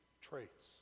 traits